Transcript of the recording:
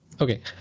okay